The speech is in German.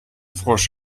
frosch